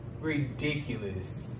ridiculous